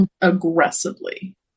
Aggressively